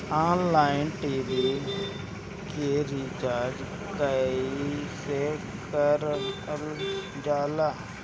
Online TV के recharge कईसे करल जाला?